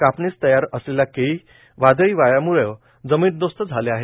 कापणीस तयार असलेल्या केळी वादळी वाऱ्यामुळे जमीनदोस्त झाल्या आहेत